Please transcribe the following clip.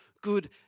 good